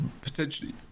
potentially